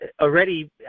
already